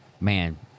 man